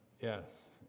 Yes